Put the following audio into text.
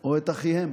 שלהם או את אחיהם,